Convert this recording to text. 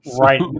right